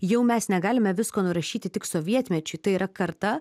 jau mes negalime visko nurašyti tik sovietmečiui tai yra karta